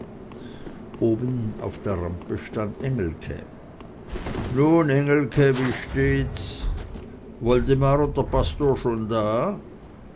oben auf der rampe stand engelke nun engelke wie steht's woldemar und der pastor schon da